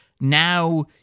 Now